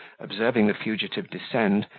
observing the fugitive descend,